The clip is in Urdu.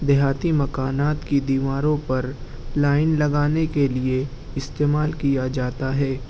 دیہاتی مکانات کی دیواروں پر لائن لگانے کے لئے استعمال کیا جاتا ہے